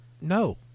no